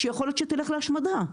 שיכול להיות שתלך להשמדה,